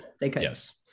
yes